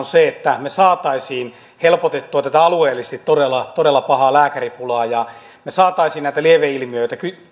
se että me saisimme helpotettua tätä alueellisesti todella todella pahaa lääkäripulaa ja me saisimme näitä lieveilmiöitä